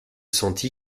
senti